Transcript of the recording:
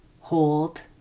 hold